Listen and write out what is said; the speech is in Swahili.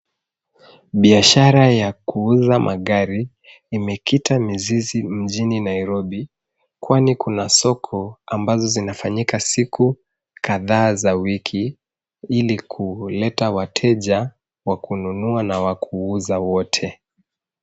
Biashara ya kuuza magari, imekita mizizi mjini Nairobi, kwani kuna soko ambazo zinafanyika siku kadhaa za wiki, ili kuleta wateja wa kununua na wa kuuza wote.